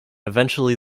eventually